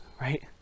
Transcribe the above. right